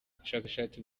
ubushakashatsi